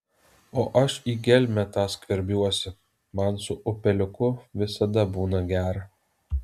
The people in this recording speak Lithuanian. o aš į gelmę tą skverbiuosi man su upeliuku visada būna gera